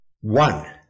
one